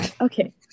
Okay